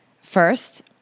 First